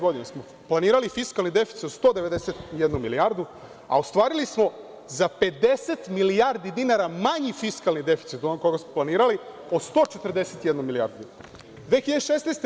Godine 2015. smo planirali fiskalni deficit sa 191 milijardom, a ostvarili smo za 50 milijardi dinara manji fiskalni deficit u odnosu na onoliko koliko smo planirali od 141 milijardu dinara.